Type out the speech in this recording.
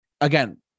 again